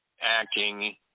acting